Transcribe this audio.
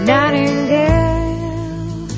Nightingale